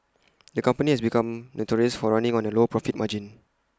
the company has become notorious for running on A low profit margin